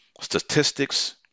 statistics